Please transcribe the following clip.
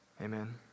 amen